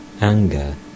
anger